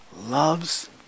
loves